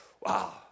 Wow